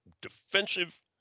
defensive